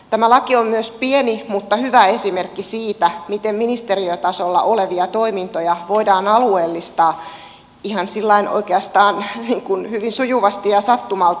tämä laki on myös pieni mutta hyvä esimerkki siitä miten ministeriötasolla olevia toimintoja voidaan alueellistaa ihan sillä lailla oikeastaan hyvin sujuvasti ja sattumalta